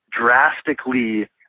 drastically